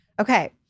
Okay